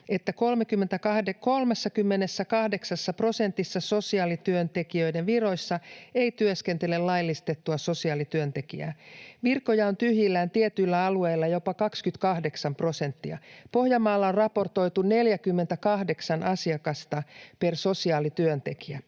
että 38 prosentissa sosiaalityöntekijöiden viroista ei työskentele laillistettua sosiaalityöntekijää. Virkoja on tyhjillään tietyillä alueilla jopa 28 prosenttia, Pohjanmaalla on raportoitu 48 asiakasta per sosiaalityöntekijä.